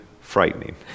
frightening